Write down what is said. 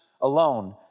alone